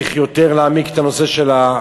צריך יותר להעמיק את החקיקה,